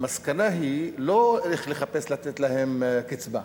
המסקנה היא לא לתת להם קצבה.